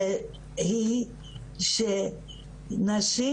היא שנשים